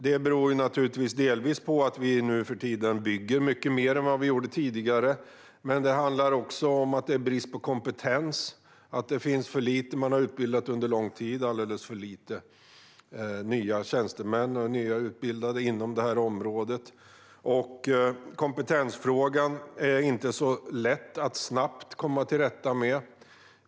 Det beror naturligtvis delvis på att vi nu för tiden bygger mycket mer än vad vi gjorde tidigare. Det handlar också om att det är brist på kompetens för att man under lång tid har utbildat alldeles för få nya tjänstemän inom det här området. Kompetensfrågan är inte så lätt att snabbt komma till rätta med.